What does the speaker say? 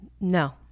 No